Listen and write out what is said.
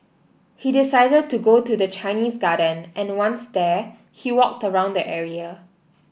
he decided to go to the Chinese Garden and once there he walked around the area